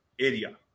area